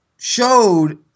showed